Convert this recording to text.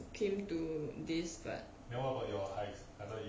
came to this but